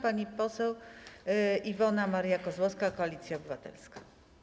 Pani poseł Iwona Maria Kozłowska, Koalicja Obywatelska.